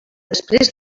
després